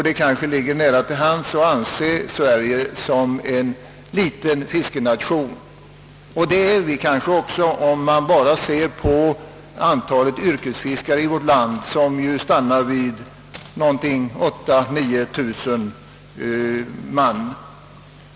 Det ligger nära till hands att anse Sverige som en liten fiskenation, och det är vi också om man bara ser till antalet yrkesfiskare som ju i vårt land stannar vid något sådant som 8 .000—9 000 man.